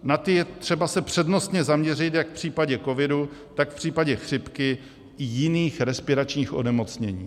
Na ty je třeba se přednostně zaměřit jak v případě covidu, tak v případě chřipky i jiných respiračních onemocnění.